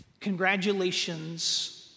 congratulations